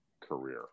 career